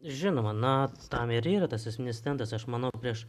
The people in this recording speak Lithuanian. žinoma na tam ir yra tas asmeninis asistentas aš manau prieš